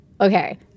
Okay